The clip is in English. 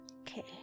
Okay